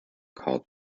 called